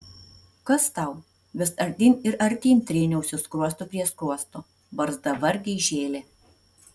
kas tau vis artyn ir artyn tryniausi skruostu prie skruosto barzda vargiai žėlė